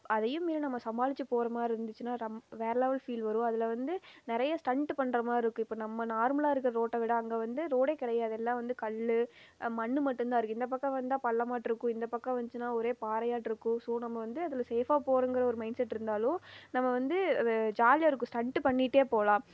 அதையும் மீறி நம்ம சமாளித்து போகிற மாதிரி இருந்துச்சுனால் வேறு லெவல் ஃபீல் வரும் அதில் வந்து நிறைய ஸ்டண்ட் பண்ணுற மாதிரி இருக்கும் இப்போ நம்ம நார்மலாக இருக்கிற ரோட்டை விட அங்கே வந்து ரோடே கிடையாது எல்லாம் வந்து கல் மண் மட்டும்தான் இருக்குது இந்த பக்கம் வந்தால் பள்ளம் மாட்டிருக்கும் இந்த பக்கம் வந்துச்சுனால் ஒரே பாறையாட்டும் இருக்கும் ஸோ நம்ம வந்து இதில் சேஃபாக போரங்கிற மைண்ட் செட் இருந்தாலும் நம்ம வந்து இது ஜாலியாக இருக்கும் ஸ்டண்ட் பண்ணிக்கிட்டே போகலாம்